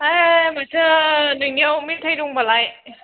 ओइ माथो नोंनियाव मेथाइ दंबालाय